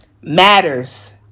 matters